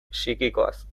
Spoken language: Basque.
psikikoaz